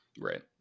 Right